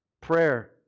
Prayer